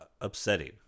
Upsetting